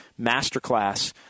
Masterclass